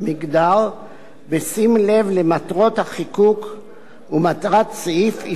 בשים לב למטרות החיקוק ומטרת סעיף איסור ההפליה שבו".